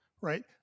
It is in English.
Right